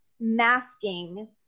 masking